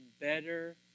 better